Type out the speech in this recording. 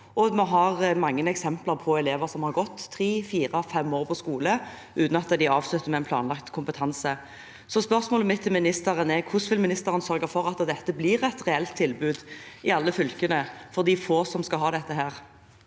på. Vi har mange eksempler på elever som har gått tre, fire, fem år på skole uten at de avslutter med en planlagt kompetanse. Spørsmålet mitt til ministeren er: Hvordan vil ministeren sørge for at dette blir et reelt tilbud i alle fylkene for de få som skal ha dette?